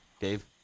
Dave